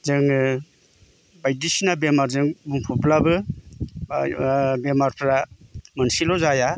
जोङो बायदिसिना बेमादजों बुंफबब्लाबो बेमारफ्रा मोनसेल' जाया